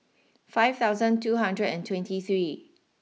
five thousand two hundred and twenty three